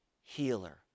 healer